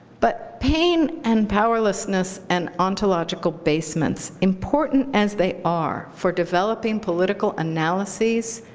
but pain and powerlessness an ontological basements, important as they are for developing political analyses,